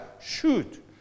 shoot